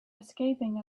escaping